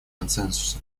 консенсуса